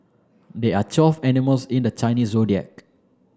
there are twelve animals in the Chinese Zodiac